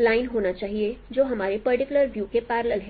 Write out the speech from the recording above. line होना चाहिए जो हमारे पर्टिकुलर व्यू के पैरलेल है